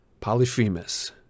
Polyphemus